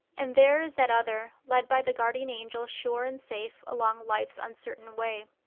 and there is that other, led by the guardian angel sure and safe along life's uncertain way.